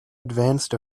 advanced